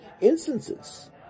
instances